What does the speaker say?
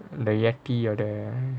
the yeti all that